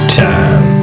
time